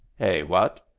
hey? what?